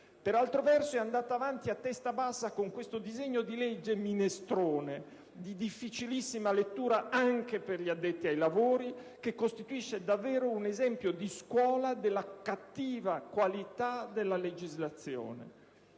per altro verso è andata avanti a testa bassa con questo disegno di legge-minestrone, di difficilissima lettura anche per gli addetti ai lavori, che costituisce davvero un esempio di scuola della cattiva qualità della legislazione.